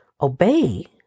Obey